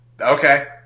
Okay